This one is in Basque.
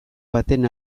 baten